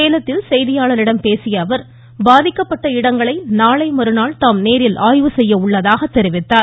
சேலத்தில் செய்தியாளர்களிடம் பேசியஅவர் பாதிக்கப்பட்ட இடங்களை நாளைமறுநாள் தாம் நேரில் ஆய்வு செய்ய உள்ளதாக தெரிவித்தார்